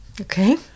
Okay